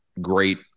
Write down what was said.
great